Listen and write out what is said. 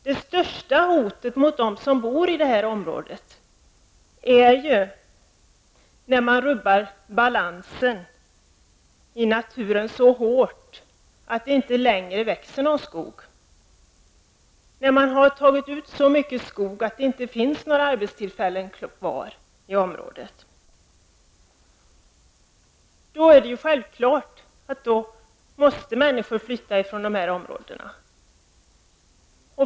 Det största hotet mot dem som bor i området är om man rubbar balansen i naturen så hårt att det inte längre växer någon skog, och om man avverkar så mycket skog att det inte finns några arbetstillfällen kvar i området. Det är självklart att människorna då måste flytta.